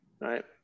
right